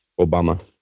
Obama